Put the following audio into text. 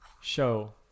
show